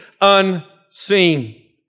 unseen